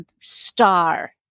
star